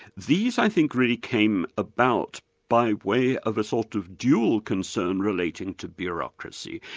these i think really came about by way of a sort of dual concern relating to bureaucracy.